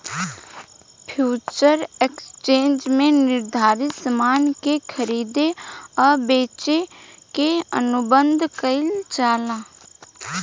future exchange में निर्धारित सामान के खरीदे आ बेचे के अनुबंध कईल जाला